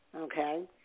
Okay